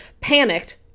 panicked